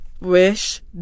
Wish